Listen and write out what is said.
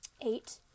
eight